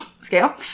scale